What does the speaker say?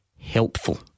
Helpful